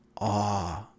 awe